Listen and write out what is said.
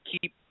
keep